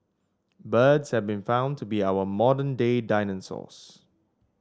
birds have been found to be our modern day dinosaurs